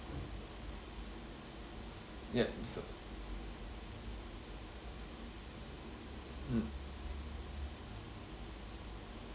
yes so mm